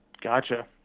Gotcha